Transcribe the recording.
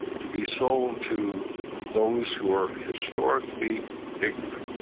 to be sold to those who are historically ignorant.